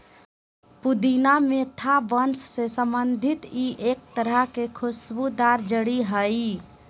पुदीना मेंथा वंश से संबंधित ई एक तरह के खुशबूदार जड़ी हइ